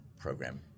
program